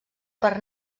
per